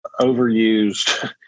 overused